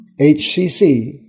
HCC